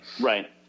Right